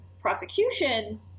prosecution